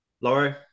Laurie